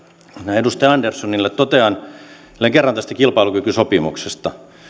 edustaja anderssonille totean vielä kerran tästä kilpailukykysopimuksesta